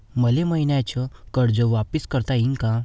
मले मईन्याचं कर्ज वापिस करता येईन का?